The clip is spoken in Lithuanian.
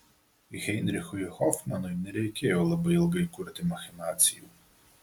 heinrichui hofmanui nereikėjo labai ilgai kurti machinacijų